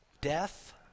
death